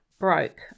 broke